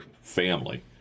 family